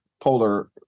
polar